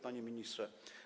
Panie Ministrze!